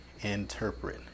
interpret